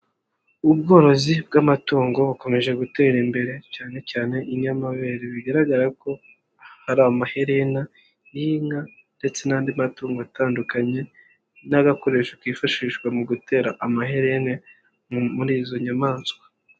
Ubworozi bw'amatungo bukomeje gutera imbere cyane cyane inyamabere, bigaragara ko ari amaherena y'inka ndetse n'andi matungo atandukanye n'agakoresho kifashishwa mu gutera amaherena muri izo nyamanswa.